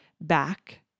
back